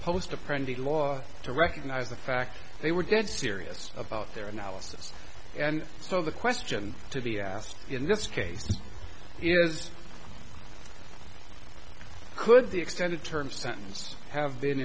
friendly law to recognize the fact they were dead serious about their analysis and so the question to be asked in this case is could the extended term sentence have been